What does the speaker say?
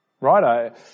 right